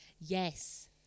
Yes